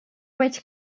veig